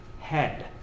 head